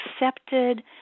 accepted